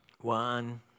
One